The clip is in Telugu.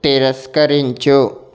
తిరస్కరించు